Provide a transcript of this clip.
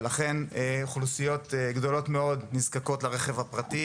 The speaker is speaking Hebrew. אוכלוסיות גדולות מאוד נזקקות לרכב הפרטי